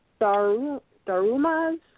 darumas